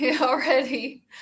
already